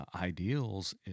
ideals